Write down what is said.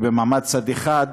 ובמעמד צד אחד,